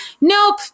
nope